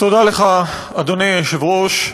תודה לך, אדוני היושב-ראש,